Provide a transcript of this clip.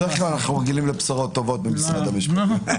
רגע, יש לך תשובה ממשרד המשפטים?